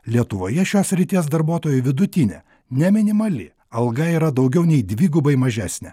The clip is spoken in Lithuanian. lietuvoje šios srities darbuotojų vidutinė ne minimali alga yra daugiau nei dvigubai mažesnė